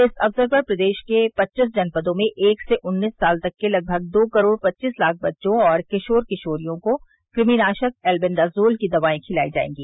इस अवसर पर प्रदेश के पच्चीस जनपदों में एक से उन्नीस साल तक के लगभग दो करोड़ पच्चीस लाख बच्चों और किशोर किशोरियों को कृमि नाशक एल्बेंडाजोल की दवा खिलाई जायेंगी